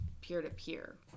peer-to-peer